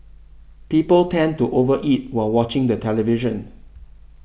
people tend to over eat while watching the television